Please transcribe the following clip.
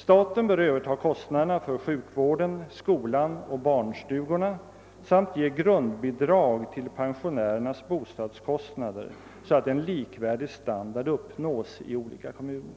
Staten bör överta kostnaderna för sjukvården, skolan och barnstugorna samt ge grundbidrag till pensionärernas bostadskostnader, så att en likvärdig standard uppnås i olika kommuner.